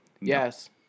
Yes